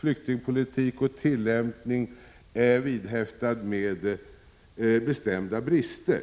flyktingpolitiken och tillämpningen av den är vidhäftad med bestämda brister.